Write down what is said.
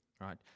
right